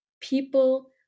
people